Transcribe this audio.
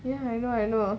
ya I know I know